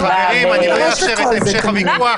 --- אני לא מאפשר את המשך הוויכוח.